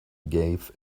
gave